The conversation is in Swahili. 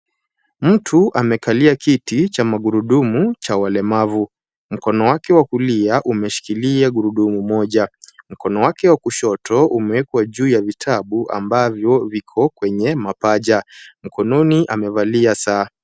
Mtu amekalia kiti cha magurudumu cha walemavu. Mkono wake wa kulia umeshikilia gurudumu moja. Mkono wake wa kushoto umewekwa juu ya vitabu ambavyo viko kwenye mapaja. Mkononi amevalia saa.